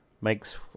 makes